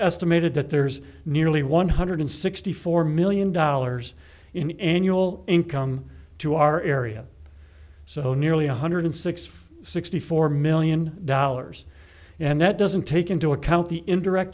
estimated that there's nearly one hundred sixty four million dollars in annual income to our area so nearly one hundred sixty sixty four million dollars and that doesn't take into account the indirect